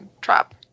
trap